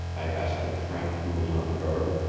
i asked of trent, who was on guard.